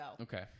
Okay